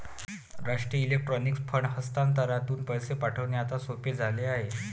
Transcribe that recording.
राष्ट्रीय electronic fund हस्तांतरणातून पैसे पाठविणे आता सोपे झाले आहे